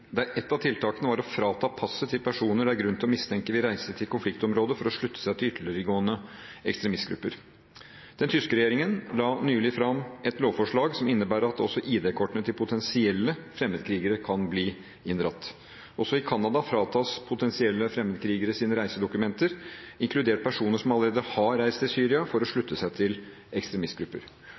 der ett av tiltakene var å frata passet til personer det er grunn til å mistenke vil reise til konfliktområder for å slutte seg til ytterliggående ekstremistgrupper. Den tyske regjeringen la nylig fram et lovforslag som innebærer at også ID-kortene til potensielle fremmedkrigere kan bli inndratt. Også i Canada fratas potensielle fremmedkrigere sine reisedokumenter, inkludert personer som allerede har reist til Syria for å slutte seg til ekstremistgrupper.